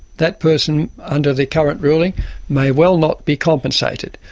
that person under the current ruling may well not be compensated.